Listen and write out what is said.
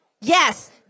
yes